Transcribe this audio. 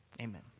Amen